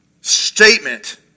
statement